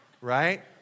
right